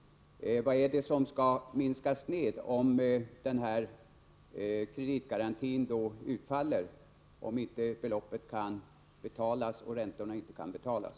Vad skall minskas ned, om denna kreditgaranti utfaller och beloppet och räntorna inte kan betalas?